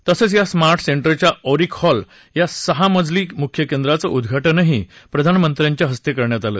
तसंच या स्मार्ट सेंटरच्या ऑरिक हॉल या सहा मजली मुख्य केंद्राचं उद्घाटनही प्रधानमंत्र्यांच्या हस्ते झाल